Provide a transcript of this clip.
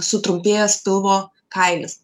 sutrumpėjęs pilvo kailis